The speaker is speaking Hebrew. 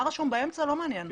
מה שרשום באמצע, לא מעניין.